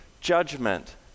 judgment